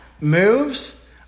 moves